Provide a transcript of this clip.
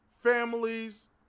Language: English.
families